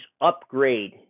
upgrade